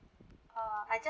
uh I just